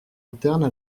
internes